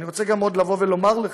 אני רוצה עוד לומר לך,